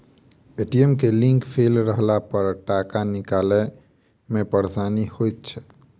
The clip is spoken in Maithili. ए.टी.एम के लिंक फेल रहलापर टाका निकालै मे परेशानी होइत छै